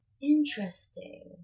interesting